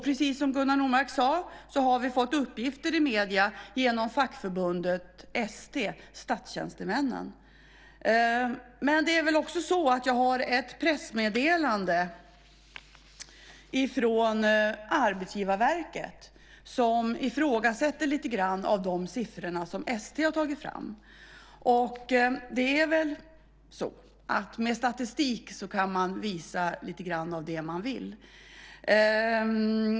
Precis som Gunnar Nordmark sade har vi fått uppgifter i medierna genom fackförbundet ST, Statstjänstemännen. Jag har ett pressmeddelande från Arbetsgivarverket som ifrågasätter en del av siffrorna som ST har tagit fram. Med statistik kan man visa det man vill.